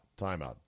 Timeout